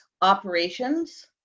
operations